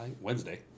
Wednesday